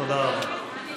תודה רבה.